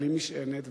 בלי משענת,